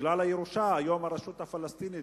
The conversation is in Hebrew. בגלל הירושה היום הרשות הפלסטינית,